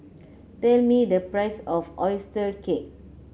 tell me the price of oyster cake